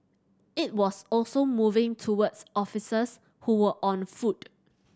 it was also moving towards officers who were on foot